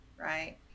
right